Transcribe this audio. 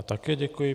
Také děkuji.